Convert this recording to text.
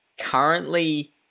currently